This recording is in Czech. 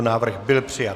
Návrh byl přijat.